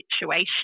situation